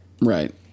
Right